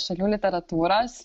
šalių literatūros